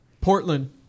Portland